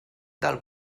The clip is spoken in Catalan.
del